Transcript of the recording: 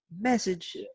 Message